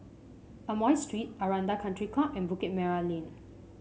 Amoy Street Aranda Country Club and Bukit Merah Lane